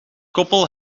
koppel